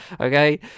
okay